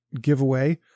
giveaway